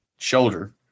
shoulder